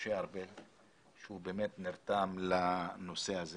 משה ארבל שהוא באמת נרתם לנושא הזה.